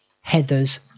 Heather's